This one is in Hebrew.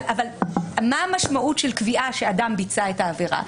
אבל מה המשמעות של קביעה שאדם ביצע את העבירה?